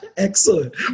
Excellent